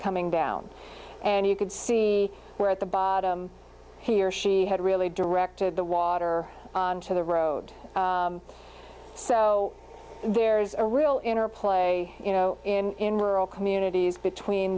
coming down and you could see where at the bottom he or she had really directed the water on to the road so there's a real interplay you know in rural communities between